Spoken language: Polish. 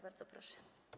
Bardzo proszę.